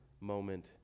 moment